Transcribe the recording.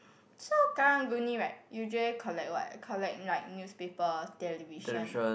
so karang-guni right usually collect what collect like newspaper television